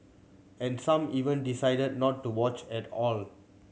and some even decided not to watch at all